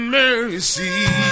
mercy